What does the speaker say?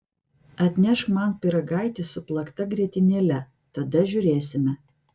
atnešk man pyragaitį su plakta grietinėle tada žiūrėsime